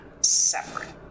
Separate